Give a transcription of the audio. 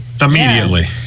Immediately